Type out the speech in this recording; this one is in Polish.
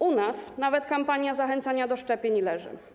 U nas nawet kampania zachęcania do szczepień leży.